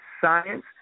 science